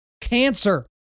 cancer